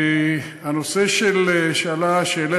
הנושא שהעלית,